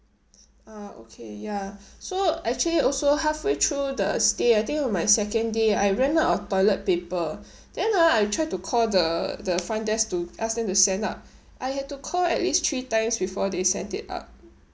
ah okay ya so actually also halfway through the stay I think on my second day I ran out of toilet paper then ah I tried to call the the front desk to ask them to send up I had to call at least three times before they sent it up